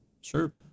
sure